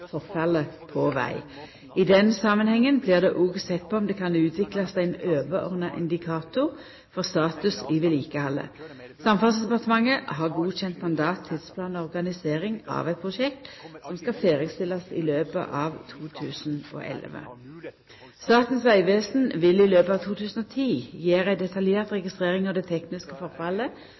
på veg. I den samanhengen blir det òg sett på om det kan utviklast ein overordna indikator for status i vedlikehaldet. Samferdselsdepartementet har godkjent mandat, tidsplan og organisering av eit prosjekt som skal ferdigstillast i løpet av 2011. Statens vegvesen vil i løpet av 2010 gjera ei detaljert registrering av det tekniske forfallet